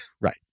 Right